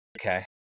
Okay